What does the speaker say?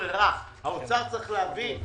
האוצר צריך להבין.